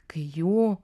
kai jų